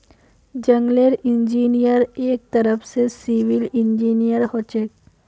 जंगलेर इंजीनियर एक तरह स सिविल इंजीनियर हछेक